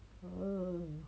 uh